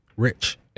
rich